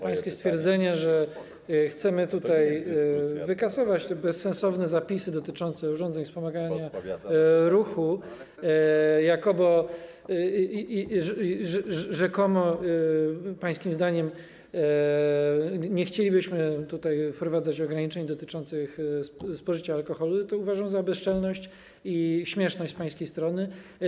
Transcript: Pańskie stwierdzenie, że chcemy wykasować te bezsensowne zapisy dotyczące urządzeń wspomagania ruchu i rzekomo, pańskim zdaniem, nie chcielibyśmy wprowadzać ograniczeń dotyczących spożycia alkoholu, uważam za bezczelność i śmieszność z pańskiej strony.